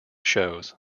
shows